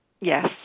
Yes